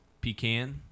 pecan